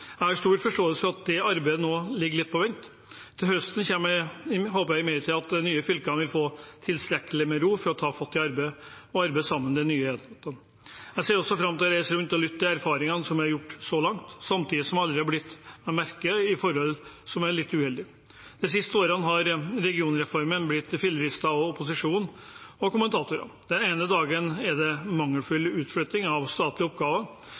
Jeg har stor forståelse for at det arbeidet nå ligger litt på vent. Til høsten håper jeg imidlertid at de nye fylkene vil få tilstrekkelig ro til å ta fatt og arbeide sammen i de nye enhetene. Jeg ser også fram til å reise rundt og lytte til erfaringene som er gjort så langt, samtidig som jeg allerede har bitt meg merke i forhold som er litt uheldige. De siste årene har regionreformen blitt filleristet av opposisjonen og kommentatorer. Den ene dagen er det mangelfull utflytting av statlige oppgaver;